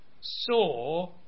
saw